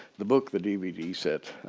the book the dvd set,